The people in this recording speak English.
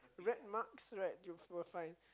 red marks right you we're fine